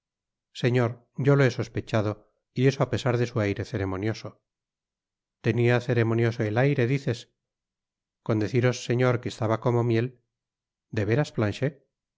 señor yo lo he sospechado y eso á pesar de su aire ceremonioso tenia ceremonioso el aire dices con deciros señor que estaba como miel de